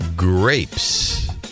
Grapes